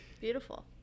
Beautiful